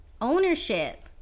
ownership